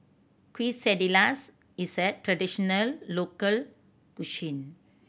quesadillas is a traditional local cuisine